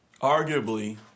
arguably